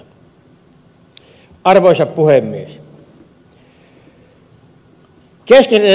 arvoisa puhemies